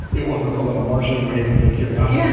it wasn't a little martian waving to curiosity, yeah